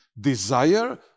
desire